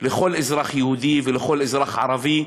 לכל אזרח יהודי ולכל אזרח ערבי,